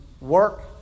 work